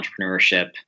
entrepreneurship